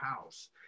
house